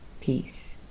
peace